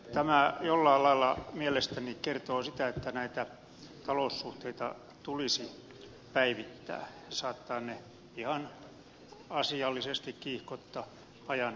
tämä jollain lailla mielestäni kertoo siitä että näitä taloussuhteita tulisi päivittää ja saattaa ne ihan asiallisesti kiihkotta ajan tasalle